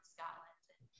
Scotland